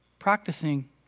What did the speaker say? practicing